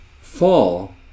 fall